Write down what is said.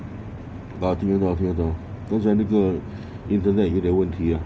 啊听得到听得到刚才那个 internet 有一点问题啊